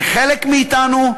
זה חלק מאתנו,